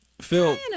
Phil